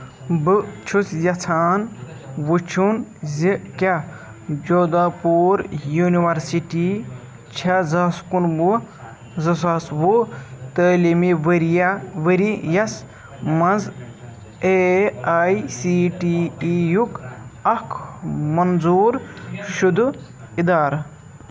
بہٕ چھُس یژھان وٕچھُن زِ کیٛاہ جودا پوٗر یُنورسِٹی چھےٚ زٕ ساس کُنوُہ زٕ ساس وُہ تعلیٖمی ؤریا ؤری یَس مَنٛز A I C T E یُک اکھ منظوٗر شُدٕ اِدارٕ